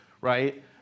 right